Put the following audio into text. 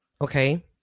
Okay